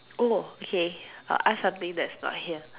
oh okay I will ask something that's not here